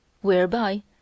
whereby